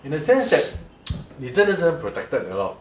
in a sense that 你真的是很 protected 的 lor